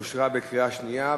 אושרה בקריאה שנייה.